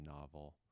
novel